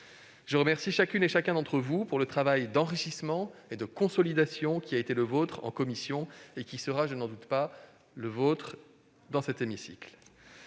Je remercie chacune et chacun d'entre vous pour le travail d'enrichissement et de consolidation que vous avez mené en commission et qui, je n'en doute pas, sera poursuivi dans cet hémicycle.